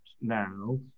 now